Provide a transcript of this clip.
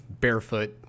barefoot